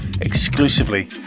exclusively